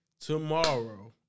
tomorrow